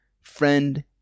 friend